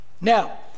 now